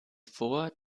vor